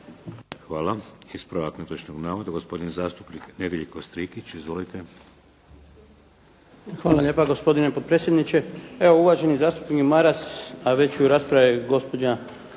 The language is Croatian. Hvala. Ispravak netočnog navoda, gospodin zastupnik Nedjeljko Strikić. Izvolite. **Strikić, Nedjeljko (HDZ)** Hvala lijepa gospodine potpredsjedniče. Evo uvaženi zastupnik Maras, a već u raspravi gospođa